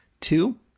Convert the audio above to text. two